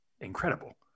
incredible